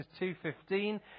2:15